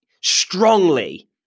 strongly